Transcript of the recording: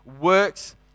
works